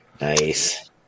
Nice